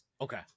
Okay